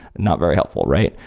not very helpful, right?